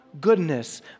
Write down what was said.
goodness